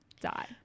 die